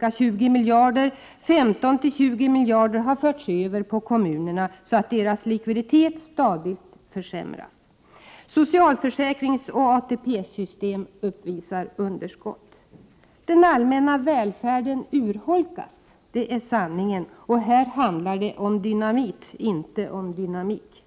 ca 20 miljarder, 15-20 miljarder har förts över på kommunerna, så att deras likviditet stadigt försämrats. Socialförsäkringsoch ATP-system uppvisar underskott. Den allmänna välfärden urholkas. Det är sanningen, och här handlar det om dynamit, inte om dynamik!